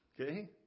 Okay